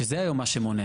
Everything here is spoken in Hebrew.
שזה היום מה שמונע.